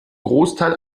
großteil